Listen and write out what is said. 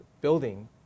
building